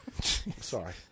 Sorry